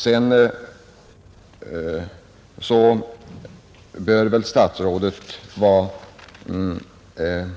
Sedan vill jag säga att statsrådet borde väl vara